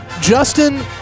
Justin